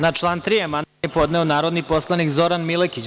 Na član 3. amandman je podneo narodni poslanik Zoran Milekić.